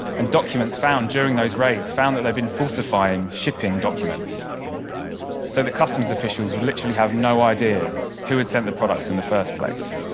and documents found during those raids found that they'd been falsifying shipping documents so the customs officials would literally have no idea who had sent the products in the first place.